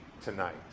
tonight